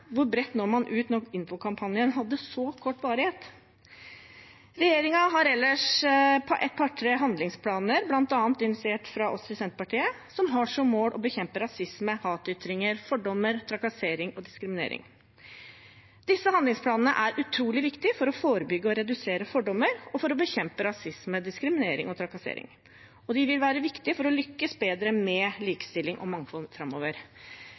Hvor bredt når man ut når infokampanjen hadde så kort varighet? Regjeringen har ellers et par–tre handlingsplaner, bl.a. initiert fra oss i Senterpartiet, som har som mål å bekjempe rasisme, hatytringer, fordommer, trakassering og diskriminering. Disse handlingsplanene er utrolig viktige for å forebygge og redusere fordommer og for å bekjempe rasisme, diskriminering og trakassering, og de vil være viktige for å lykkes bedre med likestilling og mangfold framover.